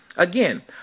Again